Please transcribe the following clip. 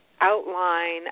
outline